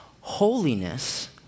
Holiness